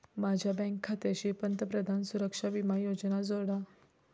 माझ्या बँक खात्याशी पंतप्रधान सुरक्षा विमा योजना जोडा